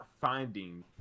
finding